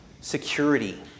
security